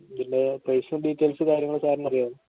ഇതിന്റെ പ്രൈസും ഡീറ്റെയിൽസും കാര്യങ്ങള് സാറിന് അറിയാമല്ലോ